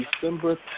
December